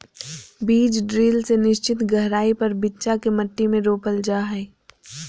बीज ड्रिल से निश्चित गहराई पर बिच्चा के मट्टी में रोपल जा हई